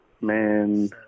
Man